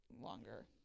longer